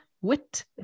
wit